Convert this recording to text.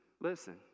listen